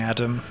Adam